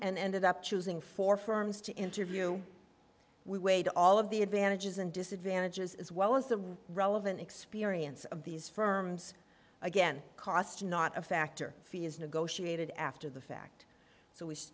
and ended up choosing four firms to interview we weighed all of the advantages and disadvantages as well as the relevant experience of these firms again cost not a factor fee is negotiated after the fact